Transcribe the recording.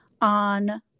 on